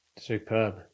Superb